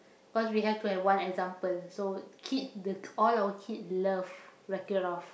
cause we have to have one example so kid the all our kid love Wreck It Ralph